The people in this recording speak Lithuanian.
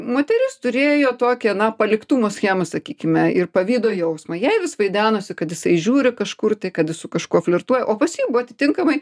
moteris turėjo tokią na paliktumo schemą sakykime ir pavydo jausmą jai vis vaidenosi kad jisai žiūri kažkur tai kad jis su kažkuo flirtuoja o pas jį buvo atitinkamai